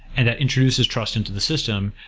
and that introduces trust into the system.